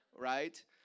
right